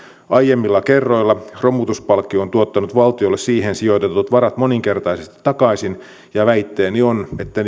aiemmilla kerroilla romutuspalkkio on tuottanut valtiolle siihen sijoitetut varat moninkertaisesti takaisin ja väitteeni on että